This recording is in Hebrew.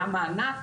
היה מענק,